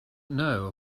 know